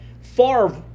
Favre